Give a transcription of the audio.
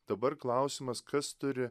dabar klausimas kas turi